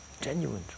genuine